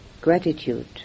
gratitude